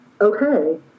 okay